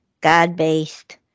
God-based